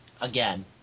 Again